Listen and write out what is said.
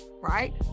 right